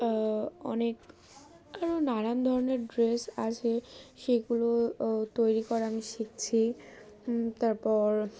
অনেক আরও নানান ধরনের ড্রেস আছে সেগুলো তৈরি করা আমি শিখছি তারপর